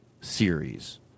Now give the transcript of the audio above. series